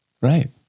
Right